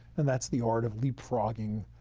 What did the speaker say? and that's the art of leap frogging,